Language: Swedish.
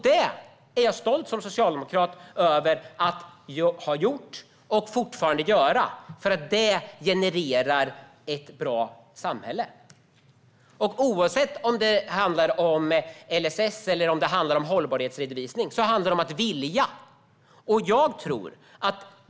Jag är som socialdemokrat stolt över att ha gjort och fortfarande gör det. Det genererar ett bra samhälle. Oavsett om det handlar om LSS eller hållbarhetsredovisning handlar det om att vilja.